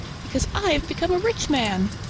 because i have become a rich man.